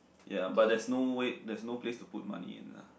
ya but there is no way there is no place to put money in lah